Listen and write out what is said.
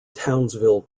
townsville